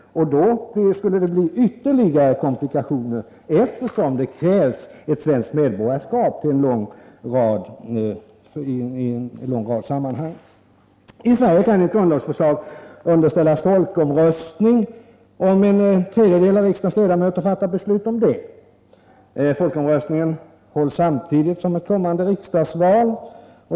Då skulle det bli ytterligare komplikationer, eftersom det krävs ett svenskt medborgarskap i många sammanhang. I Sverige kan ett grundlagsförslag underställas folkomröstning, om en tredjedel av riksdagens ledamöter fattar beslut om det. Folkomröstningen hålls samtidigt som kommande riksdagsval.